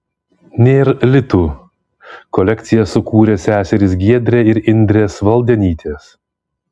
nėr litų kolekciją sukūrė seserys giedrė ir indrė svaldenytės